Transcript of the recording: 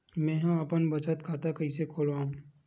मेंहा अपन बचत खाता कइसे खोलव?